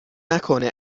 نکنه